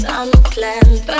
unplanned